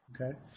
Okay